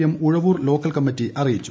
M Uzhavoor local committee അറിയിച്ചു